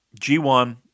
G1